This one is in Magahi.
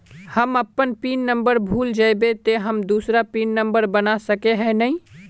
हम अपन पिन नंबर भूल जयबे ते हम दूसरा पिन नंबर बना सके है नय?